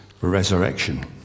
resurrection